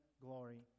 glory